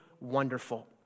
wonderful